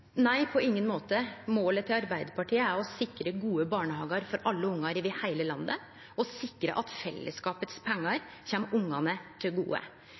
Nei, på ingen måte. Målet til Arbeidarpartiet er å sikre gode barnehagar for alle ungar over heile landet og å sikre at fellesskapets pengar kjem ungane til gode.